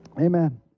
Amen